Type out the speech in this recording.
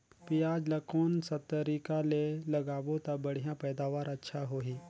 पियाज ला कोन सा तरीका ले लगाबो ता बढ़िया पैदावार अच्छा होही?